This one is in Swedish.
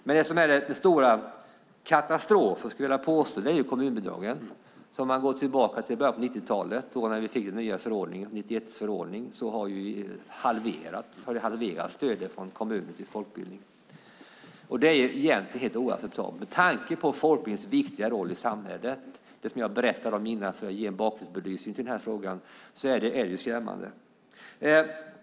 Men det som är den stora katastrofen, skulle jag vilja påstå, är kommunbidragen. Man kan gå tillbaka till början av 90-talet. Vi fick den nya förordningen 1991. Stödet från kommuner till folkbildning har halverats. Det är egentligen helt oacceptabelt. Med tanke på folkbildningens viktiga roll i samhället, det som jag berättade om för att ge en bakgrund till den här frågan, är det skrämmande.